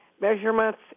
measurements